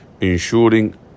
ensuring